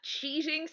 cheating